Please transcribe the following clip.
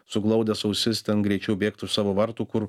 suglaudęs ausis ten greičiau bėgt už savo vartų kur